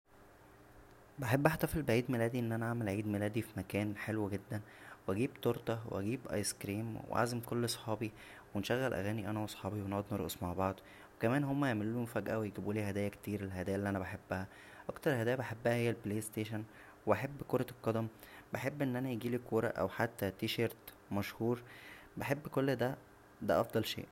بحب احتفل بعيد ميلادى ان انا اعمل عي ميلادى فمكان حلو جدا و اجيب تورته واجيب ايس كريم و اعزم كل صحابى ونشغل اغانى انا وصحابى و نقعد نرقص مع بعض و كمان هما يعملولى مفاجاه و يجبولى هددايا كتير الهدايا اللى انا بحبها اكتر هددايا بحبها هى البلاى ستيشن وبحب كرة القدم بحب ان انا يجيلى كوره او حتى تيشرت مشهور بحب كل دا دا افضل شىء